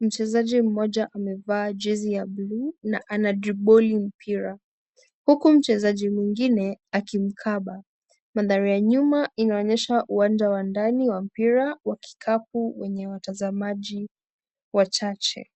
,mchezaji mmoja amevaa jezi ya bluu na anadribali mpira, huku mchezaji mwingine akimkaba madhara ya nyuma inaonyesha uwanja wa ndani wa mpira wa kikapu wenye watazamaji wachache.